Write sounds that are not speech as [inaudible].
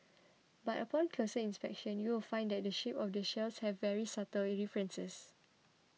but upon closer inspection you will find that the shape of the shells have very subtle [unintelligible] differences